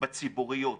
בציבוריות,